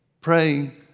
praying